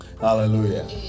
hallelujah